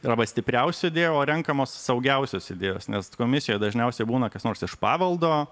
arba stipriausių idėjų o renkamos saugiausios idėjos nes komisijoj dažniausiai būna kas nors iš paveldo